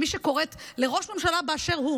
מי שקוראת לראש ממשלה באשר הוא